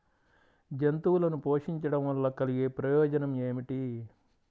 జంతువులను పోషించడం వల్ల కలిగే ప్రయోజనం ఏమిటీ?